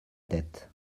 tête